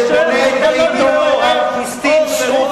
אין לך פוסט-ציוני גדול יותר,